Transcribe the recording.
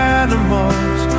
animals